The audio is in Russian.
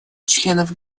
членов